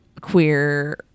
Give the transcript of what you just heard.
queer